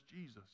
Jesus